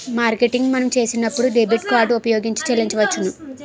marketing మనం చేసినప్పుడు debit card ఉపయోగించి చెల్లించవచ్చును